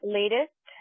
latest